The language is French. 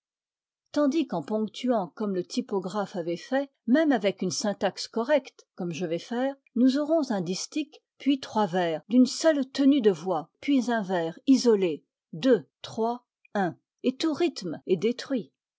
tandis qu'en ponctuant comme le typographe avait fait même avec une syntaxe correcte comme je vais faire nous aurons un distique puis trois vers d'une seule tenue de voix puis un vers isolé deux trois un et tout rythme est détruit